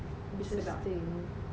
interesting